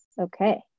okay